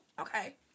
Okay